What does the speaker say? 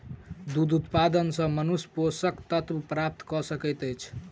दूध उत्पाद सॅ मनुष्य पोषक तत्व प्राप्त कय सकैत अछि